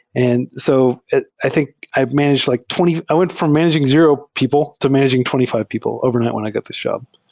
and so i think i've managed like twenty i went from managing zero people to managing twenty five people overnight when i get this job.